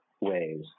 ways